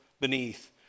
beneath